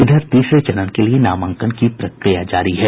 इधर तीसरे चरण के लिए नामांकन की प्रक्रिया जारी है